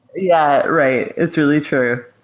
yeah. right. it's really true.